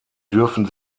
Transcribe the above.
dürfen